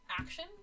action